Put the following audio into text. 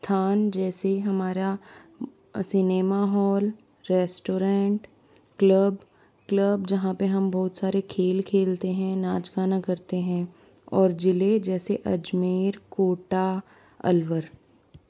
स्थान जैसे हमारा cinema hall restaurant club club जहाँ पर हम बहुत सारे खेल खेलते हैं नाच गाना करते हैं और ज़िले जैसे अजमेर कोटा अलवर